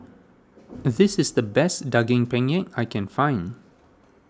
this is the best Daging Penyet I can find